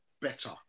better